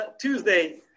Tuesday